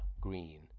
Green